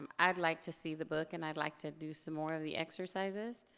i'd like to see the book and i'd like to do some more of the exercises.